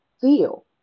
feel